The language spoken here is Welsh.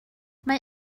mae